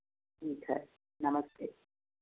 ठीक है नमस्ते